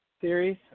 series